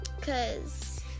Cause